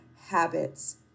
habits